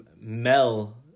Mel